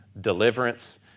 deliverance